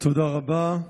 תודה רבה.